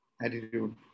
attitude